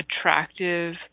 attractive